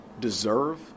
deserve